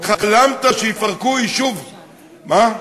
חלמת שיפרקו יישוב מה?